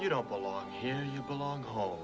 you don't belong here you belong home